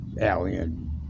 alien